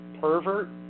pervert